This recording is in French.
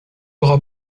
aura